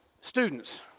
students